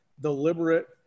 deliberate